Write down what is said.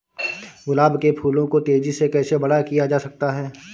गुलाब के फूलों को तेजी से कैसे बड़ा किया जा सकता है?